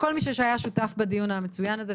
כל מי שהיה שותף בדיון המצוין הזה.